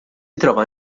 trova